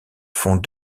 font